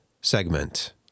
segment